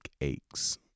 aches